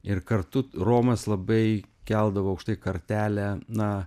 ir kartu romas labai keldavo aukštai kartelę na